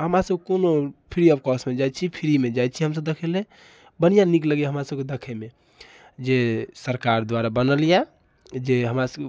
हमरा सब कोनो फ्री ऑफकॉस्टमे जाइत छी फ्रीमे जाइत छी हमसब देखैला बढ़िआँ नीक लगैए हमरा सबके देखैमे जे सरकार द्वारा बनल यऽ जे हमरा सब